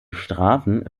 strafen